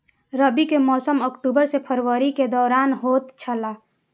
रबी के मौसम अक्टूबर से फरवरी के दौरान होतय छला